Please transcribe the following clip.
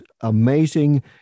amazing